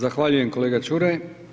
Zahvaljujem kolega Čuraj.